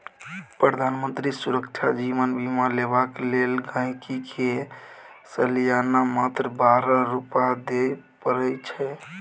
प्रधानमंत्री सुरक्षा जीबन बीमा लेबाक लेल गांहिकी के सलियाना मात्र बारह रुपा दियै परै छै